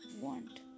want